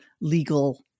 legal